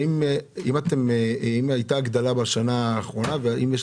האם הייתה הגדלה בשנה האחרונה והאם יש